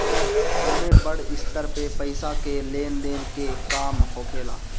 एमे बड़ स्तर पे पईसा के लेन देन के काम होखेला